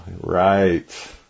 Right